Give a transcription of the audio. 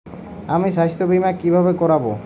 আমি স্বাস্থ্য বিমা কিভাবে করাব?